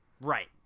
Right